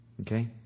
okay